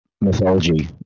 mythology